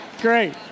Great